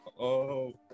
-oh